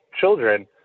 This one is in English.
children